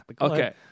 Okay